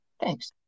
thanks